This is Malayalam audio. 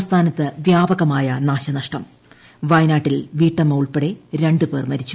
സംസ്ഥാനത്ത് വ്യാപകമായ നാശന്ത്യഹടം വീട്ടമ്മ ഉൾപ്പെടെ രണ്ടു പേർ മരിച്ചു